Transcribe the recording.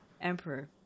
emperor